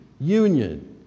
Union